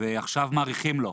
ועכשיו מאריכים לו,